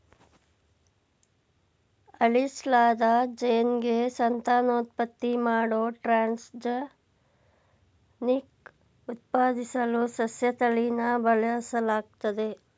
ಅಳಿಸ್ಲಾದ ಜೀನ್ಗೆ ಸಂತಾನೋತ್ಪತ್ತಿ ಮಾಡೋ ಟ್ರಾನ್ಸ್ಜೆನಿಕ್ ಉತ್ಪಾದಿಸಲು ಸಸ್ಯತಳಿನ ಬಳಸಲಾಗ್ತದೆ